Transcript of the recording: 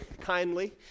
kindly